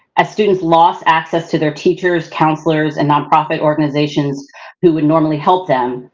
as students lost access to their teachers, counselors and nonprofit organizations who would normally help them,